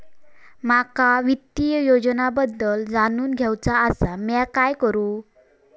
माका वित्तीय योजनांबद्दल जाणून घेवचा आसा, म्या काय करू?